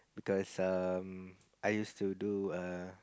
because some I used to do a